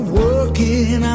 working